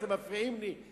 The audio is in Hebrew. אתם מפריעים לי,